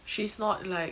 she's not like